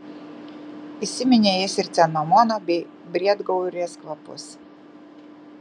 įsiminė jis ir cinamono bei briedgaurės kvapus